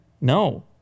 no